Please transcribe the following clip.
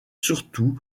surtout